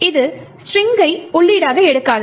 இது ஸ்ட்ரிங்கை உள்ளீடாக எடுக்காது